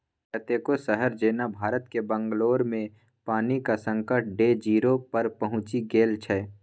कतेको शहर जेना भारतक बंगलौरमे पानिक संकट डे जीरो पर पहुँचि गेल छै